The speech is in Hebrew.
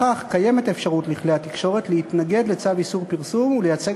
בכך קיימת אפשרות לכלי התקשורת להתנגד לצו איסור פרסום ולייצג